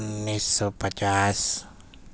انیس سو پچاس